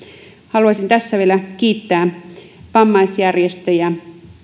haluaisin tässä vielä kiittää vammaisjärjestöjä